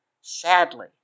Sadly